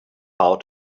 how